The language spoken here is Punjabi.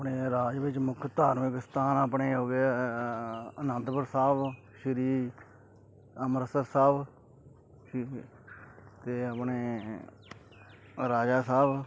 ਆਪਣੇ ਰਾਜ ਵਿੱਚ ਮੁੱਖ ਧਾਰਮਿਕ ਸਥਾਨ ਆਪਣੇ ਹੋ ਗਏ ਅਨੰਦਪੁਰ ਸਾਹਿਬ ਸ਼੍ਰੀ ਅੰਮ੍ਰਿਤਸਰ ਸਾਹਿਬ ਅਤੇ ਅਤੇ ਆਪਣੇ ਰਾਜਾ ਸਾਹਿਬ